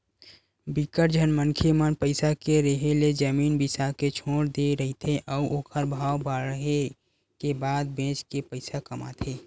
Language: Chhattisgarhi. बिकट झन मनखे मन पइसा के रेहे ले जमीन बिसा के छोड़ दे रहिथे अउ ओखर भाव बाड़हे के बाद बेच के पइसा कमाथे